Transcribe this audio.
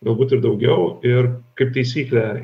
galbūt ir daugiau ir kaip taisyklė